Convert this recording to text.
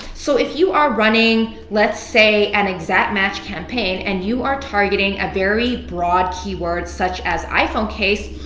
so if you are running, let's say, an exact match campaign and you are targeting a very broad keyword such as iphone case,